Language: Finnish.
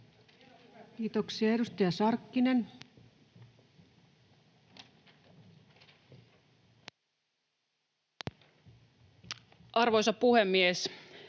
Kiitoksia. — Edustaja Sarkkinen. Arvoisa puhemies!